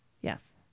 yes